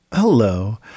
Hello